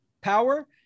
power